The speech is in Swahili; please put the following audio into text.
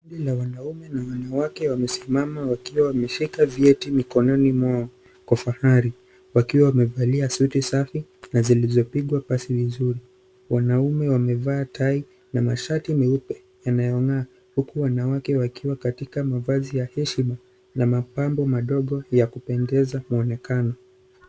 Kundi la wanaume na wanawake wamesimama wakiwa wameshika vyeti mikononi mwao kwa fahari wakiwa wamevalia suti safi na zilizopigwa pasi vizuri. Wanaume wamevaa tai na mashati meupe yanayongaa huku wanawake wakiwa katika mavazi ya heshima na mapambo madogo ya kupendeza maonekano.